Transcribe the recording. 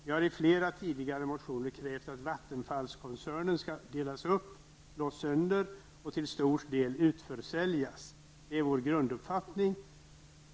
Vi har i flera tidigare motioner krävt att Vattenfallskoncernen skall delas upp, slås sönder och till stor del utförsäljas. Det är vår grunduppfattning.